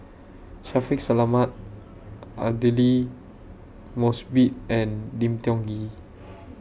Shaffiq Selamat Aidli Mosbit and Lim Tiong Ghee